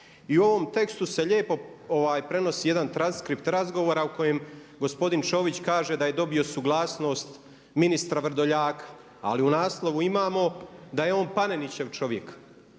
I u ovom tekstu se lijepo prenosi jedan transkript razgovora u kojem gospodin Ćović kaže da je dobio suglasnost ministra Vrdoljaka. Ali u naslovu imamo da je on Panenićev čovjek.